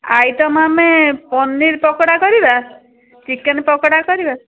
item ଆମେ ପନିର୍ ପକୋଡ଼ା କରିବା chicken pakora କରିବା